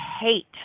hate